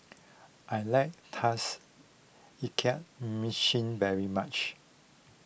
I like Tauges Ikan Masin very much